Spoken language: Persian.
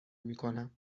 میکنم